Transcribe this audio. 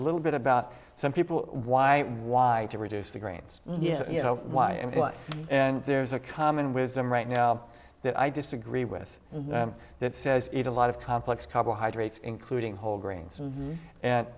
little bit about some people why why to reduce the grains you know why and what and there's a common wisdom right now that i disagree with that says eat a lot of complex carbohydrates including